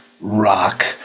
rock